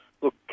Look